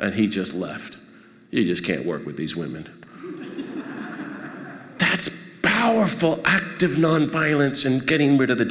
and he just left it can't work with these women that's powerful active nonviolence and getting rid of the